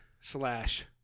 slash